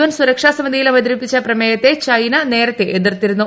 N സുരക്ഷാ സമിതിയിൽ അവതിരിപ്പിച്ച പ്രമേയത്തെ ചൈന നേരത്തെ എതിർത്തിരുന്നു